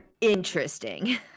interesting